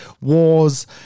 wars